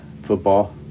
football